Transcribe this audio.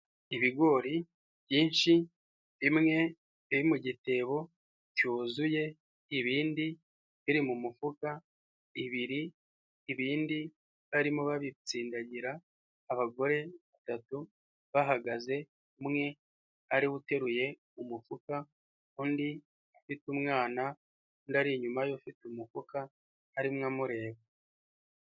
Ibigori byinshi bimwe biri mu gitebo cyuzuye ibindi biri mu mifuka ibiri ibindi barimo babitsindagira, abagore batatu bahagaze, umwe ariwe uteruye umufuka undi ufite umwana undi ari inyuma y'ufite umufuka arimo amureba.